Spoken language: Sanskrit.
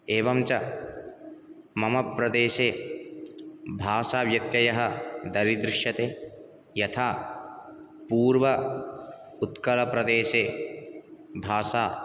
एवं च मम प्रदेशे भासाव्यत्ययः दरीदृश्यते यथा पूर्व उत्कलप्रदेसे भाषा